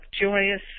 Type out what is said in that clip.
joyous